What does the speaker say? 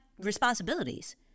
responsibilities